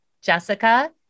Jessica